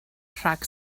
rhag